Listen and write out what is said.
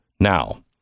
Now